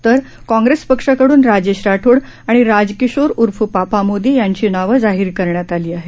तर काँग्रेस पक्षाकडून राजेश राठोड आणि राजकिशोर उर्फ पापा मोदी यांची नावे जाहीर करण्यात आली आहेत